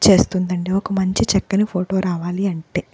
చేస్తుందండి ఒక మంచి చక్కని ఫోటో రావాలి అంటే